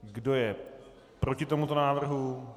Kdo je proti tomuto návrhu?